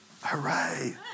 Hooray